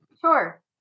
Sure